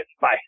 Bye